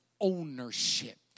ownership